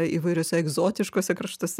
įvairiose egzotiškuose kraštuose